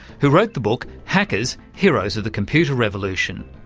who wrote the book hackers heroes of the computer revolution.